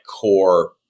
core